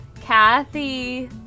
Kathy